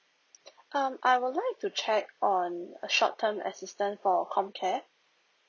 um I would like to check on a short term assistant for comcare